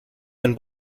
and